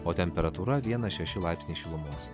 o temperatūra vienas šeši laipsniai šilumos